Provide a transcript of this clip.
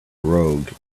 rogue